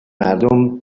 مردم